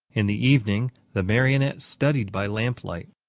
in the evening the marionette studied by lamplight.